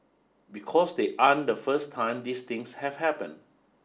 because they aren't the first time these things have happened